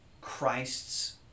Christ's